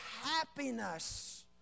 happiness